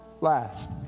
last